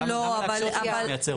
למה להקשות על מי שמייצר באירופה?